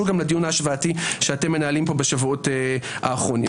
לדיון ההשוואתי שאתם מנהלים פה בשבועות האחרונים.